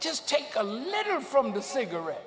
just take a letter from the cigarette